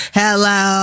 hello